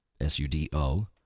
S-U-D-O